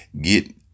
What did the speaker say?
get